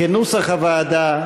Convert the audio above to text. כנוסח הוועדה,